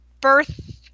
birth